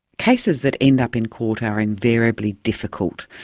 cases that end up in court are invariably difficult,